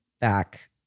back